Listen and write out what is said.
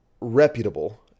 reputable